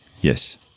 Yes